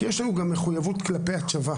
כי יש לנו גם מחויבות כלפי הצבא,